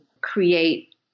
create